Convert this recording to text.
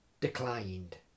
declined